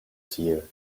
fear